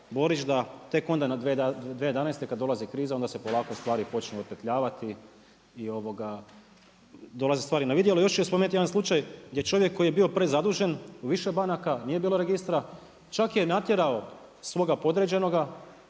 Borić da tek onda na 2011. kad dolazi kriza onda se polako stvari počnu polako stvari počnu otpetljavati i ovoga, dolaze stvari na vidjelo. Još ću spomenuti jedan slučaj gdje čovjek koji je bio prezadužen, u više banaka nije bilo registra čak je natjerao svoga podređenoga